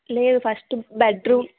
లేదు first bed room